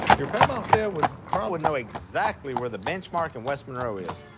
your grandpa phil would probably know exactly where the benchmark in west monroe is.